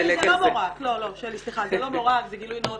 שלי, זה לא מור"ק, זה גילוי נאות.